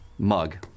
mug